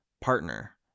partner